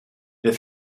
der